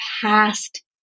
past